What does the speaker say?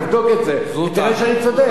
תבדוק את זה, תראה שאני צודק.